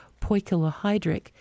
poikilohydric